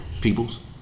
Peoples